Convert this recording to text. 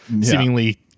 seemingly